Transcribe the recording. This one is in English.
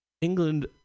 England